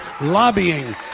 lobbying